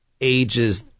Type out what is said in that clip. ages